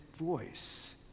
voice